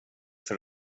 för